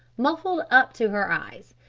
muffled up to her eyes.